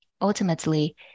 Ultimately